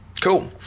cool